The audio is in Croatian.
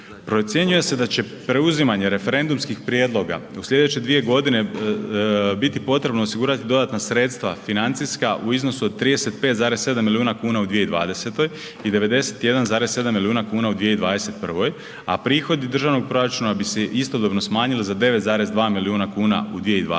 Procjenjuje se da će preuzimanje referendumskih prijedloga u slijedeće 2.g. biti potrebno osigurati dodatna sredstva financijska u iznosu od 35,7 milijuna kuna u 2020. i 91,7 milijuna kuna u 2021., a prihodi državnog proračuna bi se istodobno smanjili za 9,2 milijuna kuna u 2020.